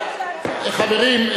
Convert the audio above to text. חברים,